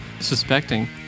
suspecting